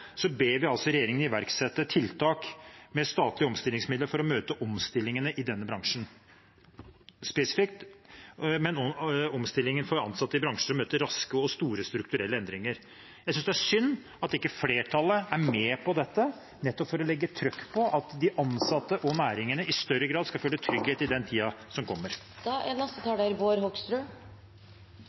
ber vi regjeringen iverksette tiltak med statlige omstillingsmidler for å møte omstillingene i denne bransjen – spesifikt for ansatte i bransjer som møter raske og store strukturelle endringer. Jeg synes det er synd at ikke flertallet er med på dette nettopp for å legge trykk på at de ansatte og næringene i større grad skal føle trygghet i tiden som